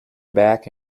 back